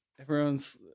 everyone's